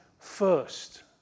first